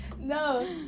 No